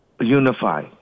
unify